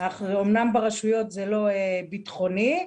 אומנם ברשויות זה לא ביטחוני,